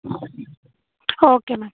okay ma'am